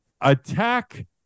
attack